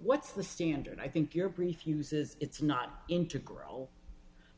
what's the standard i think your brief uses it's not integral